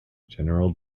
general